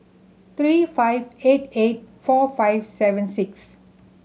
three five eight eight four five seven six